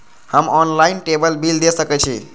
हम online table bill दे सके छी?